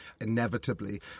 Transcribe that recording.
inevitably